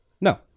No